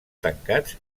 tancats